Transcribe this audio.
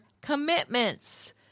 commitments